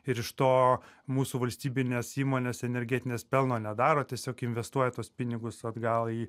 ir iš to mūsų valstybinės įmonės energetinės pelno nedaro tiesiog investuoja tuos pinigus atgal